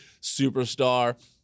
superstar